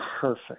perfect